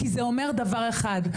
כי זה אומר דבר אחד,